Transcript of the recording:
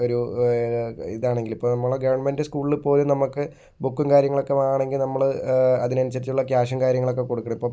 ഒരു ഇതാണെങ്കില് ഇപ്പോൾ നമ്മുടെ ഗവൺമെൻറ് സ്കൂളില് പോലും നമുക്ക് ബുക്കും കാര്യങ്ങളൊക്കെ വേണമെങ്കിൽ നമ്മള് അതിന് അനുസരിച്ചിട്ടുള്ള ക്യാഷും കാര്യങ്ങളൊക്കെ കൊടുക്കും ഇപ്പോൾ